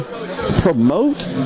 promote